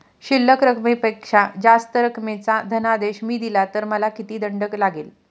शिल्लक रकमेपेक्षा जास्त रकमेचा धनादेश मी दिला तर मला किती दंड लागेल?